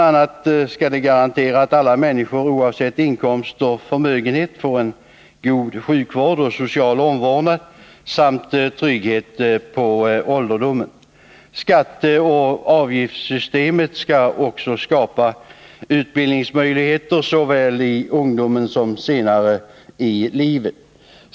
a. skall de garantera att alla människor, oavsett inkomst och förmögenhet, får en god sjukvård och social omvårdnad samt trygghet på ålderdomen. Skatteoch avgiftssystemen skall också skapa utbildningsmöjligheter såväl i ungdomen som senare i livet.